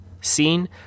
scene